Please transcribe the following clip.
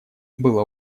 было